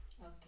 Okay